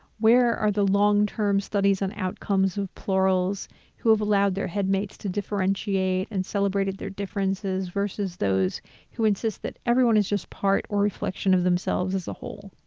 where are the long term studies on outcomes of plurals who have allowed their head mates to differentiate and celebrated their differences versus those who insist that everyone is just part or reflection of themselves as a whole?